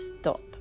stop